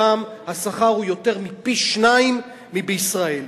שם השכר הוא יותר מפי-שניים מבישראל.